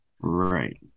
right